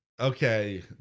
okay